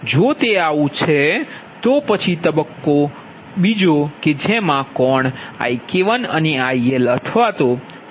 જો તે આવું છે તો પછી તબક્કો કોણ IK1 અને IL અથવા IK2 અને IL નો રહેશે